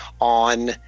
on